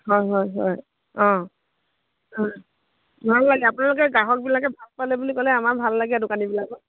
হয় হয় হয় অঁ হয় ভাল লাগে আপোনালোকে গ্ৰাহকবিলাকে ভাল পালে বুলি ক'লে আমাৰ ভাল লাগে দোকানীবিলাকৰ